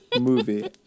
movie